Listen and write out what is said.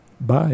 Bye